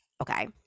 Okay